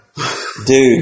Dude